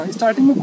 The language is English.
Starting